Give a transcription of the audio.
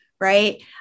Right